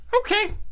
Okay